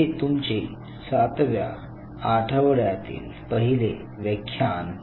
हे तुमचे सातव्या आठवड्यातील पहिले व्याख्यान आहे